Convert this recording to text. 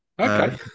Okay